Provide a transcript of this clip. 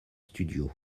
studios